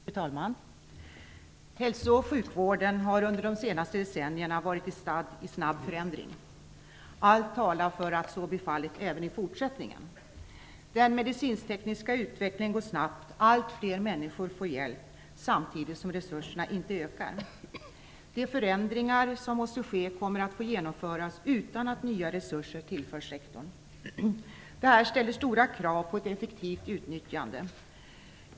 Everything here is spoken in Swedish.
Fru talman! Hälso och sjukvården har under de senaste decennierna varit stadd i en snabb förändring. Allt talar för att så blir fallet även i fortsättningen. Den medicinsk-tekniska utvecklingen går snabbt, allt fler människor kan få hjälp, samtidigt som resurser inte ökar. De förändringar som måste ske kommer att få genomföras utan att nya resurser tillförs sektorn. Detta ställer stora krav på ett effektivt utnyttjande.